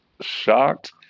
shocked